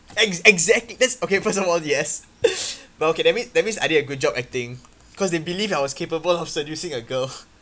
ex~ exactly that's okay first of all the ass but okay that mean that means I did a good job acting because they believe that I was capable of seducing a girl